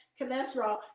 cholesterol